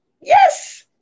Yes